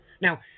Now